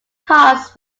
cards